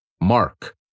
Mark